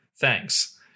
Thanks